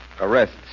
Arrests